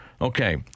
Okay